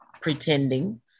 pretending